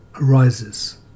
arises